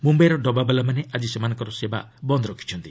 ମୁମ୍ବାଇର ଡବାବାଲାମାନେ ଆଜି ସେମାନଙ୍କର କାର୍ଯ୍ୟ ବନ୍ଦ ରଖିଛନ୍ତି